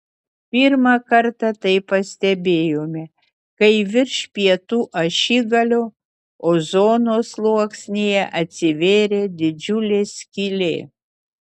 pirmą kartą tai pastebėjome kai virš pietų ašigalio ozono sluoksnyje atsivėrė didžiulė skylė